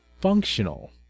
functional